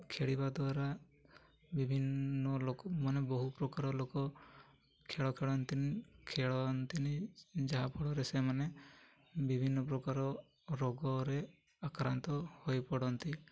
ଖେଳିବା ଦ୍ୱାରା ବିଭିନ୍ନ ଲୋକମାନେ ବହୁ ପ୍ରକାର ଲୋକ ଖେଳ ଖେଳନ୍ତିନି ଖେଳନ୍ତିନି ଯାହାଫଳରେ ସେମାନେ ବିଭିନ୍ନ ପ୍ରକାର ରୋଗରେ ଆକ୍ରାନ୍ତ ହୋଇପଡ଼ନ୍ତି